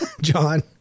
John